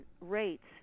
rates